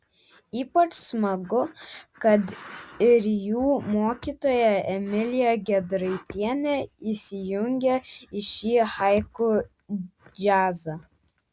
ypač smagu kad ir jų mokytoja emilija gedraitienė įsijungė į šį haiku džiazą